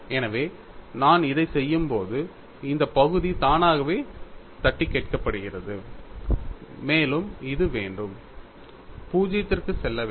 எனவே நான் இதைச் செய்யும்போது இந்த பகுதி தானாகவே தட்டிக் கேட்கப்படுகிறது மேலும் இது வேண்டும் 0 க்குச் செல்ல வேண்டும்